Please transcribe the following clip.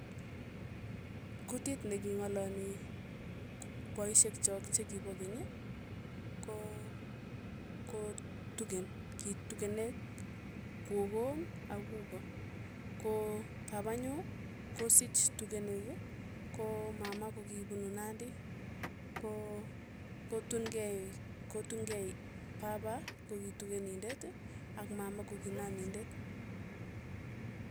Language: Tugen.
Tyondo neki nek- nekitoma akere ane eng' sapeenyu tukul ko peliot, peliot ko tyondo ake nekindet neki nekiimakipwatchini chii kole tos nyokopun olinyoo, kokinyo tyonyi konyoko ki petut nekimamii peek, kimami chak kimamii amitwogik, kokicheng'ati amitwogik tyonyi, kichokopun imbarenyo ako ki kityech pandek kityech pandek ako kindee keldo nyi, ko nyereen nyereen akot kiminde, ako ka panye kanye imbaret ko- ko- kopusta, ko ng'o ko ng'o tyech imbare ng'ung, ko nyere kei tukul ne mi imbar, kityech kipetu petuu noe koki arap araap siit, ya ki ya kimang'u pandek komye, kinyeree pandek amu kindet tyonyi, koyekapun koyekakopun kwendi, ko- ko- kokakonyere tukuk tukul chemito chemito oranae punei, ko peilot ko tyondo nekitoma akere pesio.